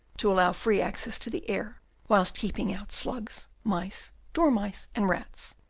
to allow free access to the air whilst keeping out slugs, mice, dormice, and rats,